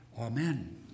Amen